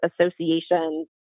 associations